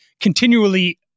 continually